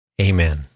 Amen